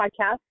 podcast